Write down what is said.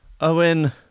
owen